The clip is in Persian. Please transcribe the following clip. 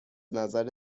نظر